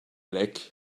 lech